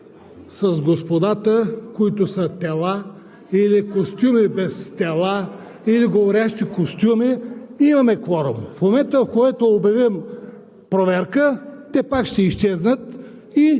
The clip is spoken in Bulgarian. С господата, които са тела, или костюми без тела, или говорещи костюми, имаме кворум. В момента, в който обявим проверка, те пак ще изчезнат и